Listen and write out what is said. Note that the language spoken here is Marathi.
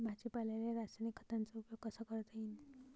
भाजीपाल्याले रासायनिक खतांचा उपयोग कसा करता येईन?